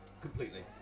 completely